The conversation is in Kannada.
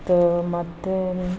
ಮತ್ತು ಮತ್ತೆ